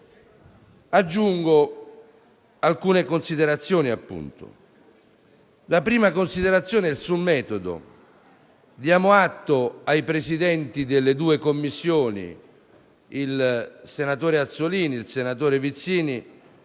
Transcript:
Aggiungo alcune considerazioni. La prima considerazione è di metodo. Diamo atto ai Presidenti delle due Commissioni, il senatore Azzollini e il senatore Vizzini,